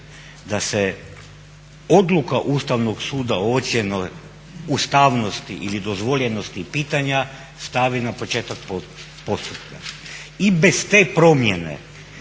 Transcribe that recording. da se odluka Ustavnog suda o ocjeni ustavnosti ili dozvoljenosti pitanja stavi na početak postupka. I bez tre promjene